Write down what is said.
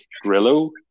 Grillo